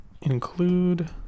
include